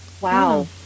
Wow